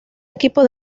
equipo